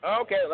Okay